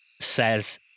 says